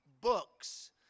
books